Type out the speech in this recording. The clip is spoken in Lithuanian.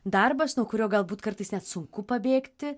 darbas nuo kurio galbūt kartais net sunku padėti